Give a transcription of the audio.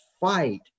fight